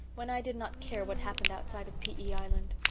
when i did not care what happened outside of p e. island,